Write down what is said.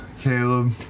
Caleb